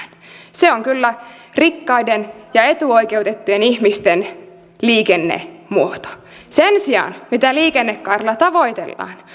se on kyllä rikkaiden ja etuoikeutettujen ihmisten liikennemuoto sen sijaan mitä liikennekaarella tavoitellaan